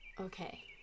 Okay